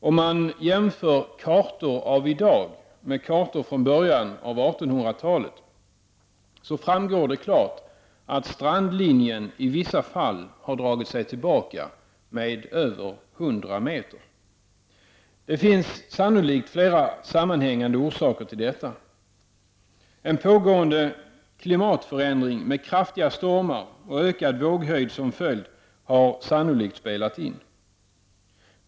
Om man jämför kartor av i dag med kartor från början av 1800 talet framgår det klart att strandlinjen i vissa fall har dragit sig tillbaka med över 100 m. Det finns sannolikt flera olika sammanhängande orsaker till detta. — En pågående klimatförändring med kraftiga stormar och ökad våghöjd som följd har sannolikt spelat in.